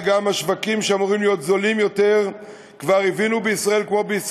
וגם השווקים שאמורים להיות זולים יותר כבר הבינו שבישראל,